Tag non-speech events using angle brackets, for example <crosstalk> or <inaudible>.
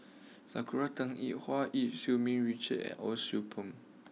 <noise> Sakura Teng Ying Hua Eu <unintelligible> Ming Richard and Cheong Soo Pieng